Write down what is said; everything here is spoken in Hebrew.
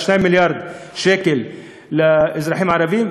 2 מיליארד שקל לאזרחים הערבים,